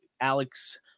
Alex